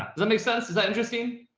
that make sense? is that interesting?